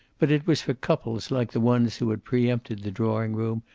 but it was for couples like the ones who had preempted the drawing-room,